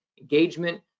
engagement